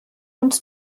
uns